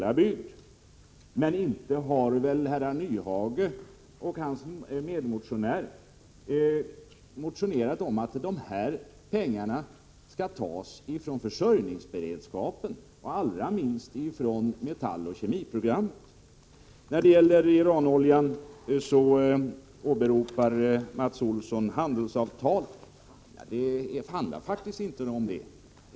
Men det är inte så att Hans Nyhage och hans medmotionär har motionerat om att pengarna skall tas från anslagen för försörjningsberedskapen, allra minst från anslagen till metalloch kemiprogrammen. När det gäller Iranoljan åberopar Mats Olsson handelsavtal. Det handlar faktiskt inte om det.